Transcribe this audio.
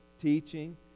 teaching